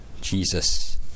Jesus